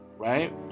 Right